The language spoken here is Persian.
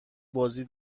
بازی